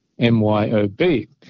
MYOB